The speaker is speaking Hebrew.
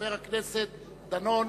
חבר הכנסת דני דנון,